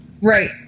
right